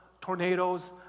tornadoes